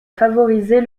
favoriser